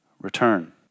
return